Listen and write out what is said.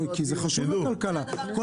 זה חשוב לכלכלה -- זה הדבר החשוב ----- כל